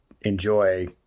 enjoy